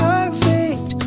Perfect